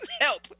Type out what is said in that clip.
help